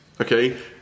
Okay